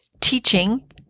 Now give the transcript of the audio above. Teaching